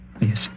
Yes